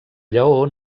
lleó